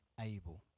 able